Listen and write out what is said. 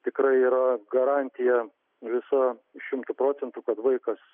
tikrai yra garantija visu šimtu procentų kad vaikas